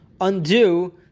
undo